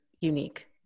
unique